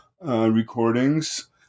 recordings